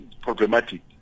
problematic